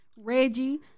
Reggie